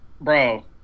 bro